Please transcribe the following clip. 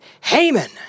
Haman